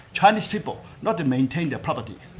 chinese people, not to maintain their property.